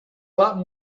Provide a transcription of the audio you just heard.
lot